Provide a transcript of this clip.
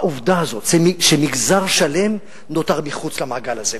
העובדה הזאת, שמגזר שלם נותר מחוץ למעגל הזה.